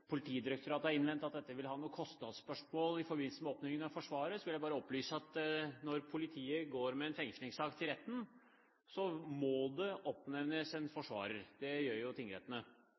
Politidirektoratet har innvendt at det er noen kostnadsspørsmål i forbindelse med oppnevning av forsvaret, vil jeg bare opplyse at når politiet går til retten med en fengslingssak, må det oppnevnes en forsvarer. Det gjør tingrettene.